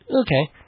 Okay